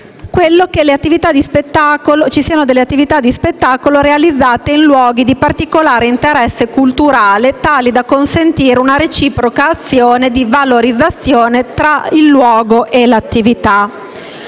promozione), il principio che vi siano delle attività di spettacolo realizzate in luoghi di particolare interesse culturale, tali da consentire una reciproca azione di valorizzazione tra il luogo e l'attività.